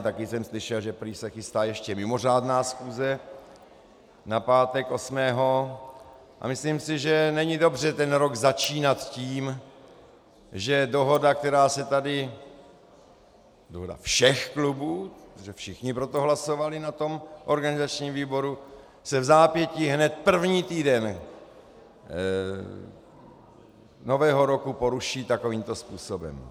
Taky jsem slyšel, že prý se chystá ještě mimořádná schůze na pátek osmého, a myslím si, že není dobře ten rok začínat tím, že dohoda, která se tady týká všech klubů, protože všichni pro to hlasovali na organizačním výboru, se vzápětí hned první týden nového roku poruší takovýmto způsobem.